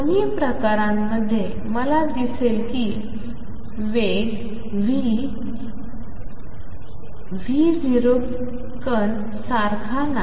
दोन्ही प्रकरणांमध्ये मला दिसेल की वेव्ह वेग v कण सारखा नाही